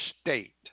state